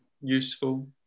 useful